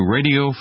Radio